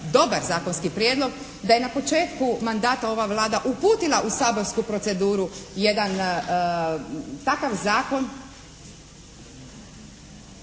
dobar zakonski prijedlog da je na početku mandata ova Vlada uputila u saborsku proceduru jedan takav zakon